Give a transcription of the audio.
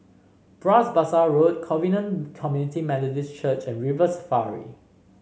Bras Basah Road Covenant Community Methodist Church and River Safari